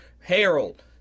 Harold